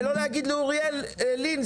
ולא להגיד לאוריאל לין,